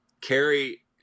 Carrie